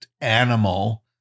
animal